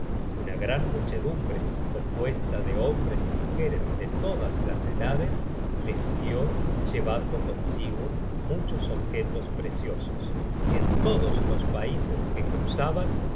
una grande muchedumbre compuesta de hombres y mujeres de todas edades le siguió llevando consigo muchos objetos preciosos en todos los paises que cruzaban